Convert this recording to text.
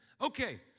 Okay